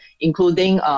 including